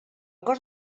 cos